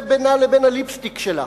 זה בינה לבין הליפסטיק שלה.